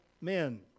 men